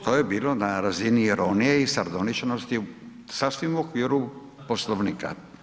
To je bilo na razini ironije i sardoničnosti sasvim u okviru Poslovnika.